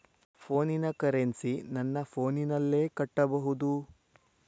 ಫೋನಿನ ಕರೆನ್ಸಿ ನನ್ನ ಫೋನಿನಲ್ಲೇ ಕಟ್ಟಬಹುದು?